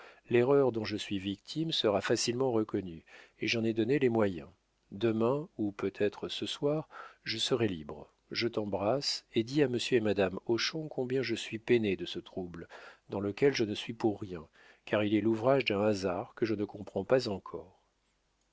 l'erreur dont je suis victime sera facilement reconnue et j'en ai donné les moyens demain ou peut-être ce soir je serai libre je t'embrasse et dis à monsieur et madame hochon combien je suis peiné de ce trouble dans lequel je ne suis pour rien car il est l'ouvrage d'un hasard que je ne comprends pas encore